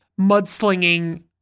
mudslinging